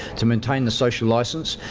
to maintain the social license.